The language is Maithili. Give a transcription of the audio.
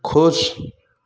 खुश